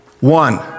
one